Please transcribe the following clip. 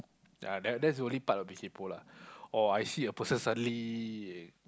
ya that that's the only part I'll be kaypo lah or I see a person suddenly